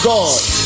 God